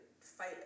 fight